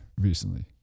recently